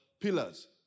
pillars